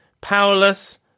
powerless